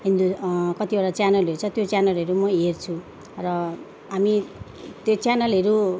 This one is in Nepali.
कतिवटा च्यानलहरू छ त्यो च्यानलहरू म हेर्छु र हामी त्यो च्यानलहरू